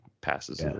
passes